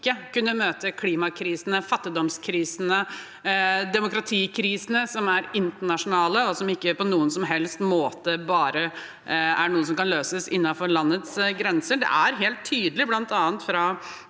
ikke kunne møte klimakrisene, fattigdomskrisene og demokratikrisene, som er internasjonale, og som ikke på noen som helst måte er noe som bare kan løses innenfor landets grenser. Det er helt tydelig, bl.a. fra